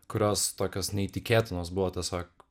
kurios tokios neįtikėtinos buvo tiesiog